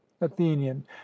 athenian